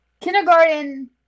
kindergarten